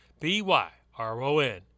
B-Y-R-O-N